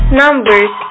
numbers